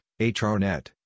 HRNet